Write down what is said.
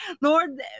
Lord